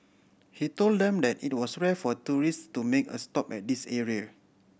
he told them that it was rare for tourists to make a stop at this area